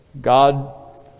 God